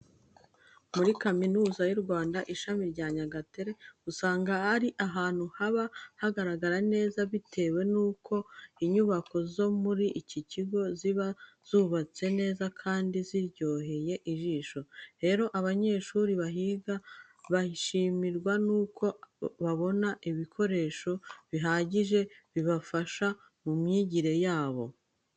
Muri Kaminuza y'u Rwanda, ishami rya Nyagatare usanga ari ahantu haba hagaragara neza bitewe n'ukuntu inyubako zo muri iki kigo ziba zubatse neza kandi ziryoheye ijisho. Rero abanyeshuri bahiga bashimishwa nuko babona ibikoresho bihagije bibafasha mu myigire yabo.